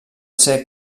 ser